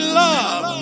love